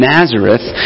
Nazareth